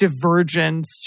divergence